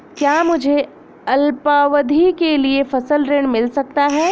क्या मुझे अल्पावधि के लिए फसल ऋण मिल सकता है?